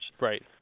Right